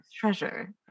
treasure